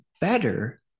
better